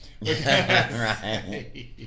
Right